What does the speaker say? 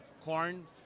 corn